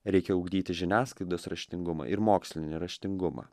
reikia ugdyti žiniasklaidos raštingumą ir mokslinį raštingumą